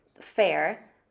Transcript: fair